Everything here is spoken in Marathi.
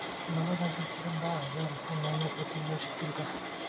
मला बँकेकडून दहा हजार रुपये एक महिन्यांसाठी मिळू शकतील का?